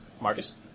Marcus